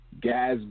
gas